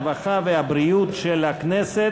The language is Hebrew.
הרווחה והבריאות נתקבלה.